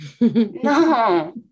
No